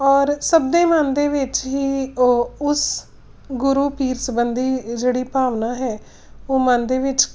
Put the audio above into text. ਔਰ ਸਭ ਦੇ ਮਨ ਦੇ ਵਿੱਚ ਹੀ ਉਹ ਉਸ ਗੁਰੂ ਪੀਰ ਸੰਬੰਧੀ ਜਿਹੜੀ ਭਾਵਨਾ ਹੈ ਉਹ ਮਨ ਦੇ ਵਿੱਚ